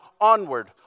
onward